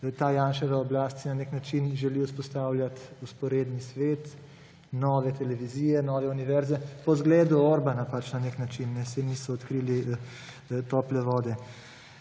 oblast na nek način želi vzpostavljati vzporedni svet; nove televizije, nove univerze po zgledu Orbana, pač na nek način, saj niso odkrili tople vode.